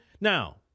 now